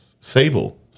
Sable